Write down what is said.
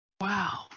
Wow